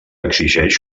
exigeix